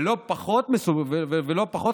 ולא פחות חשוב,